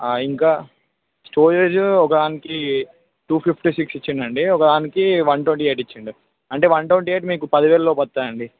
ఇంకా స్టోరేజ్ ఒక దానికి టూ ఫిఫ్టీ సిక్స్ ఇచ్చిండండి ఒక దానికి వన్ ట్వంటీ ఎయిట్ ఇచ్చిండు అంటే వన్ ట్వంటీ ఎయిట్ మీకు పదివేల లోపు వస్తుందండి